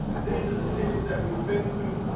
these are the cities that we've been to,